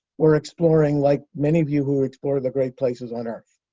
we're exploring, like many of you who explore the great places on earth.